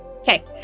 Okay